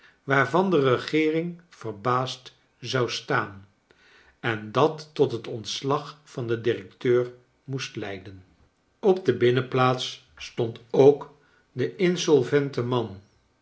waarvan de regeering verbaasd zou staan en dat tot het ontslag van den directeur moest leiden op de binnenplaats stond ook de insolvents man